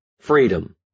freedom